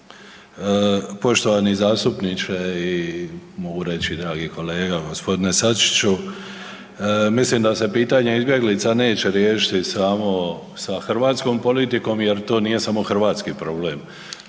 poštovani zastupniče i mogu reći dragi kolega gospodine Sačiću, mislim da se pitanje izbjeglica neće riješiti samo sa hrvatskom politikom jer to nije samo hrvatski problem,